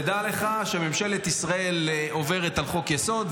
תדע לך שממשלת ישראל עוברת על חוק-יסוד,